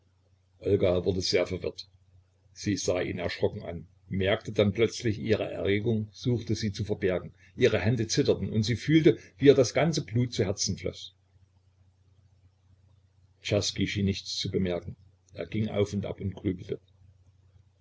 olga wurde sehr verwirrt sie sah ihn erschrocken an merkte dann plötzlich ihre erregung suchte sie zu verbergen ihre hände zitterten und sie fühlte wie ihr das ganze blut zum herzen floß czerski schien nichts zu bemerken er ging auf und ab und grübelte